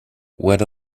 what